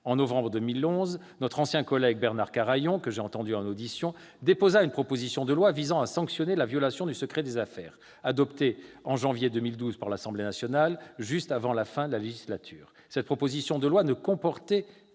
En novembre 2011, notre ancien collègue député Bernard Carayon, que j'ai entendu en audition, déposa une proposition de loi visant à sanctionner la violation du secret des affaires, qui fut adoptée en janvier 2012 par l'Assemblée nationale, juste avant la fin de la législature. Cette proposition de loi ne comportait